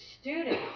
students